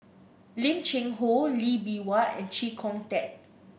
Lim Cheng Hoe Lee Bee Wah and Chee Kong Tet